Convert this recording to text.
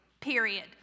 Period